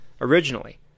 originally